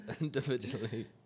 individually